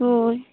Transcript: ᱦᱳᱭ